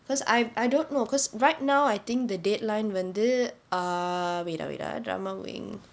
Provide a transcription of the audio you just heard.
because I I don't know because right now I think the deadline when they uh wait ah wait ah drama wing